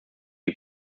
die